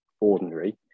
ordinary